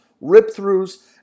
rip-throughs